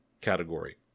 category